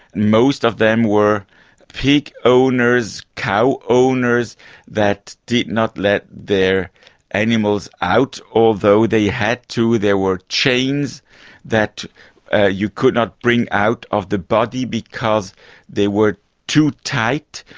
most of them were pig owners, cow owners that did not let their animals out, although they had to, there were chains that ah you could not bring out of the body because they were too tight,